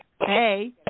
Hey